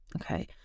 okay